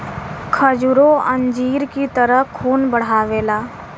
खजूरो अंजीर की तरह खून बढ़ावेला